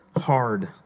hard